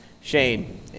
Shane